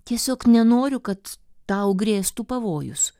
tiesiog nenoriu kad tau grėstų pavojus